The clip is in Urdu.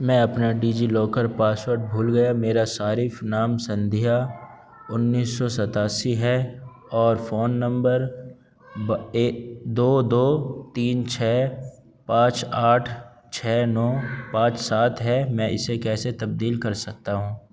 میں اپنا ڈیجی لاکر پاسورڈ بھول گیا میرا صارف نام سندھیا انیس سو ستاسی ہے اور فون نمبر دو دو تین چھ پانچ آٹھ چھ نو پانچ سات ہے میں اسے کیسے تبدیل کر سکتا ہوں